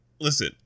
Listen